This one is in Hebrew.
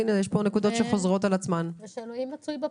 יש פה נקודות שחוזרות על עצמן.